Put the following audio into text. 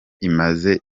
imaze